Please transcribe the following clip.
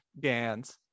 Gans